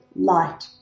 light